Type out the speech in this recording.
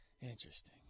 Interesting